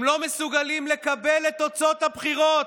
הם לא מסוגלים לקבל את תוצאות הבחירות,